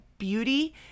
beauty